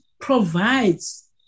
provides